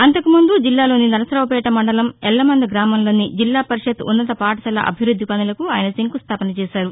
అంతకు ముందు జిల్లాలోని నరసరావుపేట మండలం ఎల్లమంద గ్రామంలోని జిల్లా పరిషత్ ఉన్నత పాఠశాల అభివృద్ది పనులకు శంకుస్టాపన ఆయన చేశారు